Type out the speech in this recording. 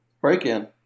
Break-in